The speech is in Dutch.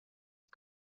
het